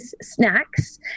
snacks